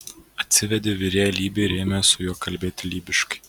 atsivedė virėją lybį ir ėmė su juo kalbėti lybiškai